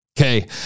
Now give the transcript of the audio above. Okay